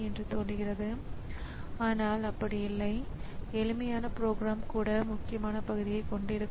மேலும் அதன் மதிப்புகளும் வருகின்றன தொடர்புடைய இருப்பிடத்தின் உள்ளடக்கத்தை மெமரி பதிலாக அளிக்கும்